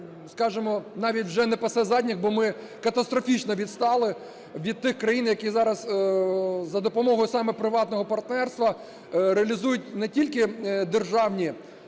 скажемо, навіть не пасе задніх, бо ми катастрофічно відстали від тих країн, які зараз за допомогою саме приватного партнерства реалізують не тільки державні